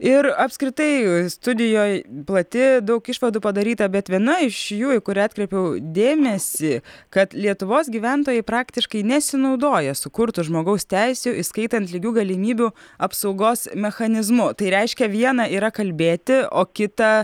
ir apskritai studijoj plati daug išvadų padaryta bet viena iš jų į kurią atkreipiau dėmesį kad lietuvos gyventojai praktiškai nesinaudoja sukurtu žmogaus teisių įskaitant lygių galimybių apsaugos mechanizmu tai reiškia viena yra kalbėti o kita